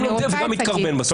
גם --- וגם מתקרבן בסוף.